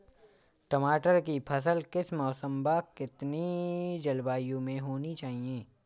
टमाटर की फसल किस मौसम व कितनी जलवायु में होनी चाहिए?